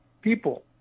people